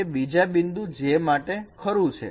તે બીજા બિંદુ J માટે ખરું છે